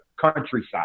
countryside